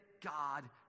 God